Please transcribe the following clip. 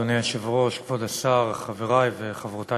אדוני היושב-ראש, כבוד השר, חברי וחברותי